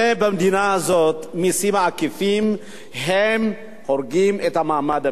במדינה הזאת המסים העקיפים הורגים את מעמד הביניים.